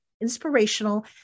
inspirational